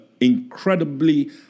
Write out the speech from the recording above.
incredibly